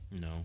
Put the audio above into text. No